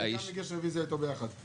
אני גם מגיש רביזיה איתו ביחד.